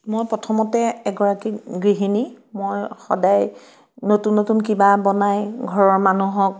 মই প্ৰথমতে এগৰাকী গৃহিণী মই সদায় নতুন নতুন কিবা বনাই ঘৰৰ মানুহক